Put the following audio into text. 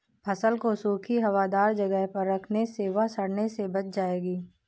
फसल को सूखी, हवादार जगह पर रखने से वह सड़ने से बच जाएगी